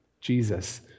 Jesus